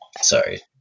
Sorry